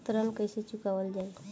ऋण कैसे चुकावल जाई?